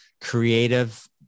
creative